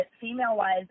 female-wise